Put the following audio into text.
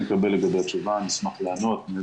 לקבל עליה תשובה אני אשמח לענות.